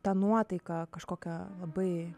tą nuotaiką kažkokią labai